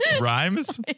rhymes